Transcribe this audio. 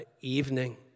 evening